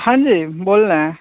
हाँ जी बोल रहें